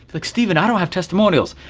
like stephen, i don't have testimonials.